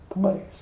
place